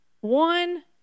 one